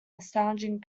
astonishing